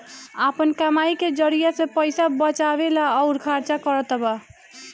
आपन कमाई के जरिआ से पईसा बचावेला अउर खर्चा करतबा